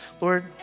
Lord